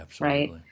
right